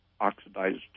oxidized